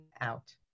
out